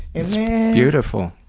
that's beautiful.